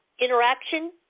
interaction